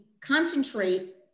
concentrate